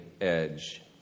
edge